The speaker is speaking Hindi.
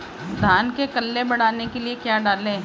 धान में कल्ले बढ़ाने के लिए क्या डालें?